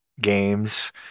games